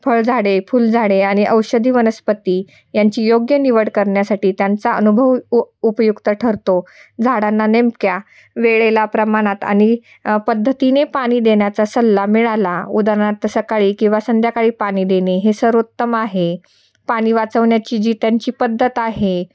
फळ झाडे फुलझाडे आणि औषधी वनस्पती यांची योग्य निवड करण्यासाठी त्यांचा अनुभव उ उपयुक्त ठरतो झाडांना नेमक्या वेळेला प्रमाणात आणि पद्धतीने पाणी देण्याचा सल्ला मिळाला उदाहरणार्थ सकाळी किंवा संध्याकाळी पाणी देणे हे सर्वोत्तम आहे पाणी वाचवण्याची जी त्यांची पद्धत आहे